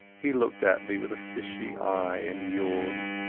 he looked at me with a fishy eye and yawned.